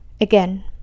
again